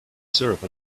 syrup